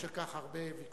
יש על כך הרבה ויכוחים,